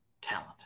talent